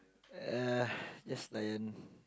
uh just layan